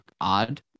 odd